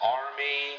army